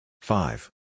Five